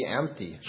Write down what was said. empty